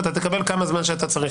ואתה תקבל כמה זמן שאתה צריך,